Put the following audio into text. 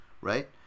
right